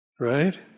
Right